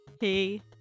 hey